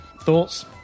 Thoughts